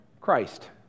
Christ